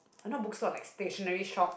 oh not bookstore but like stationary shop